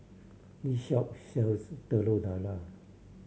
this shop sells Telur Dadah